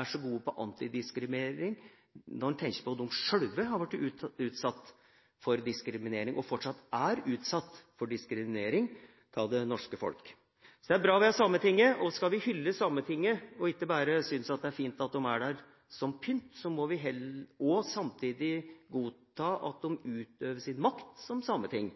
er så god på nettopp antidiskriminering, når en tenker på at de sjøl har vært utsatt for diskriminering, og fortsatt er utsatt for diskriminering, fra det norske folk. Det er bra vi har Sametinget, og skal vi hylle Sametinget og ikke bare synes det er fint at de er der som pynt, må vi samtidig godta at de utøver sin makt som sameting.